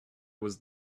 was